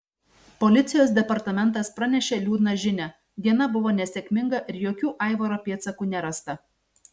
policijos departamentas pranešė liūdną žinią diena buvo nesėkminga ir jokių aivaro pėdsakų nerasta